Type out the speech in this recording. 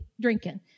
Drinking